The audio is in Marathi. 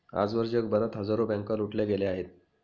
आजवर जगभरात हजारो बँका लुटल्या गेल्या आहेत